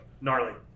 gnarly